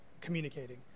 communicating